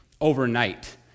overnight